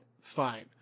fine